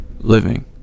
living